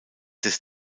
des